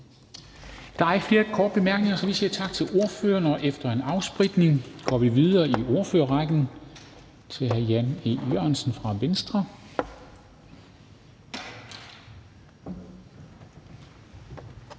Der er ikke flere korte bemærkninger, så vi siger tak til ordføreren. Efter en afspritning går vi videre i ordførerrækken til hr. Jan E. Jørgensen fra Venstre.